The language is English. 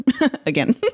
again